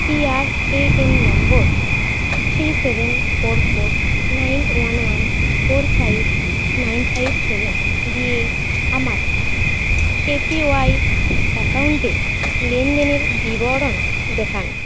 PRAN number three seven four four nine one one four five nine five seven দিয়ে আমার APY অ্যাকাউন্টের লেনদেনের বিবরণ দেখান